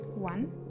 One